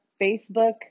facebook